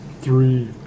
Three